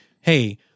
hey